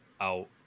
out